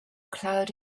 cloud